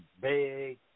big